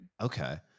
Okay